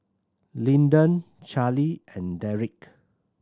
Lyndon Charlie and Derik